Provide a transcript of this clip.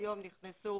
נכנסו